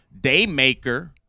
Daymaker